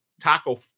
Taco